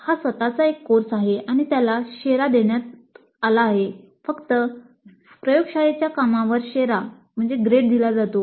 हा स्वतः एक कोर्स आहे आणि त्याला शेरा दिला जातो